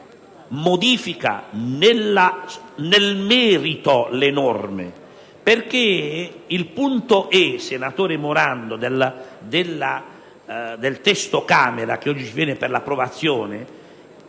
modifichi nel merito le norme